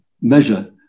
measure